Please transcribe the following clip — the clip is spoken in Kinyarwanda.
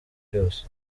byose